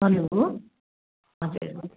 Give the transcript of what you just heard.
hello हजुर